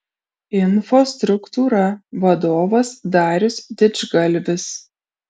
infostruktūra vadovas darius didžgalvis